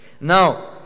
Now